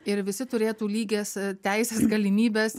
ir visi turėtų lygias teises galimybes